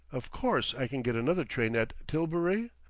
of course i can get another train at tilbury?